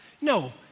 No